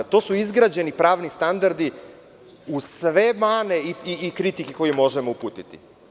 To su izgrađeni pravni standardi uz sve mane i kritike koje možemo uputiti.